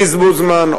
עוד בזבוז זמן,